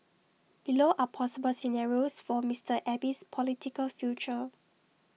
below are possible scenarios for Mister Abe's political future